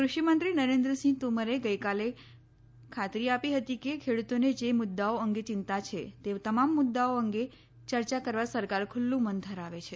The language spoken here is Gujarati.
કૃષિમંત્રી નરેન્દ્રસિંહ તોમરે ગઈકાલે ખાતરી આપી હતી કે ખેડૂતોને જ મુદ્દાઓ અંગે ચિંતા છે તે તમામ મુદ્દાઓ અંગે ચર્ચા કરવા સરકાર ખુલ્લુ મન ધરાવે છે